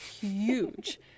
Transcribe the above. huge